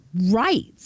rights